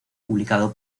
publicado